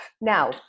Now